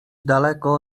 daleko